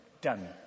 done